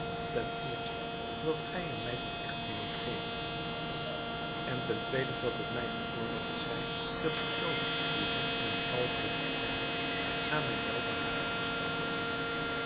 ten eerste dat gij hem mij tot echtgenoot geeft en ten tweede dat het mij geoorloofd zij de persoon die hem in een kalf heeft veranderd naar mijn welbehagen te straffen